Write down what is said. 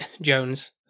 Jones